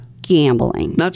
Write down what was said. Gambling